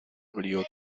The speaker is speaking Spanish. brío